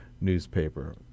newspaper